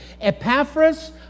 Epaphras